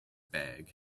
bag